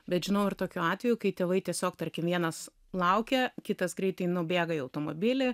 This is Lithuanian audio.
bet žinau ir tokiu atveju kai tėvai tiesiog tarkim vienas laukia kitas greitai nubėga į automobilį